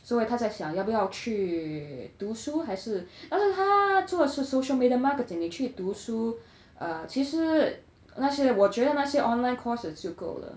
所以他在想要不要去读书还是而且他做的是 social media marketing 你去读书 err 其实那些我觉得那些 online courses 就够了